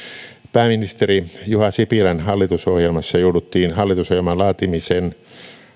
pääministeri juha sipilän hallitusohjelmassa jouduttiin hallitusohjelman laatimisen